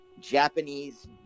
Japanese